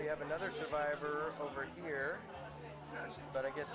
we have another survivor over here but i guess